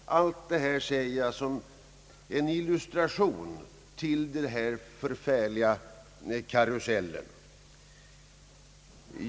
Allt detta säger jag som en illustration till den besvärliga karusellen.